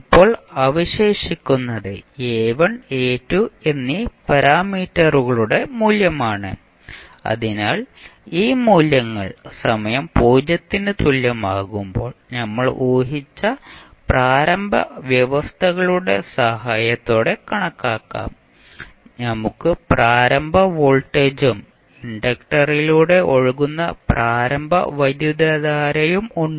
ഇപ്പോൾ അവശേഷിക്കുന്നത് A1 A2 എന്നീ പാരാമീറ്ററുകളുടെ മൂല്യമാണ് അതിനാൽ ഈ മൂല്യങ്ങൾ സമയം 0 ന് തുല്യമാകുമ്പോൾ നമ്മൾ ഊഹിച്ച പ്രാരംഭ വ്യവസ്ഥകളുടെ സഹായത്തോടെ കണക്കാക്കാം നമുക്ക് പ്രാരംഭ വോൾട്ടേജും ഇൻഡക്ടറിലൂടെ ഒഴുകുന്ന പ്രാരംഭ വൈദ്യുതധാരയും ഉണ്ട്